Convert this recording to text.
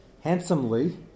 handsomely